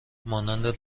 مانند